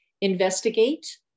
investigate